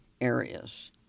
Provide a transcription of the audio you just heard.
Areas